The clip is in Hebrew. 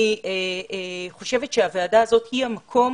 אני חושבת שהועדה הזאת היא המקום